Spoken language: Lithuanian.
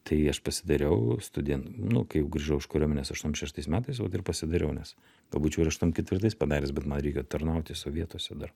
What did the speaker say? tai aš pasidariau studen nu kai jau grįžau iš kariuomenės aštuom šeštais metais vat ir pasidariau nes gal būčiau ir aštuom ketvirtais padaręs bet man reikėjo tarnauti sovietuose dar